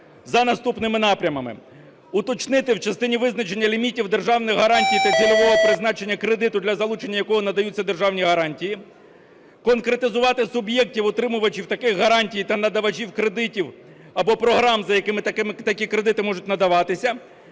за наступними напрямами. Уточнити в частині визначення лімітів державних гарантій та цільового призначення кредиту, для залучення якого надаються державні гарантії. Конкретизувати суб'єктів отримувачів таких гарантій та надавачів кредитів або програм за якими такі кредити можуть надаватися.